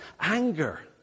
anger